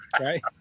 right